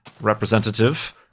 representative